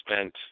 spent